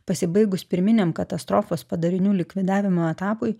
pasibaigus pirminiam katastrofos padarinių likvidavimo etapui